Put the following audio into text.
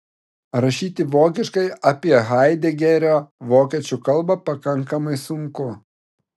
rašyti vokiškai apie haidegerio vokiečių kalbą pakankamai sunku